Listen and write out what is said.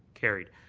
carried.